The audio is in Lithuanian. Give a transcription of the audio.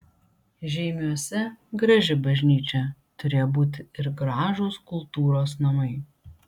žeimiuose graži bažnyčia turėjo būti ir gražūs kultūros namai